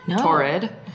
torrid